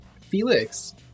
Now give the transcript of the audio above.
Felix